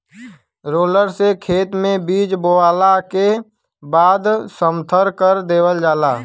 roller से खेत में बीज बोवला के बाद समथर कर देवल जाला